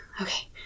okay